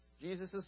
Jesus